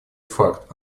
факт